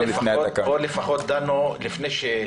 פה לפחות דנו לפני שפקעו.